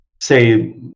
say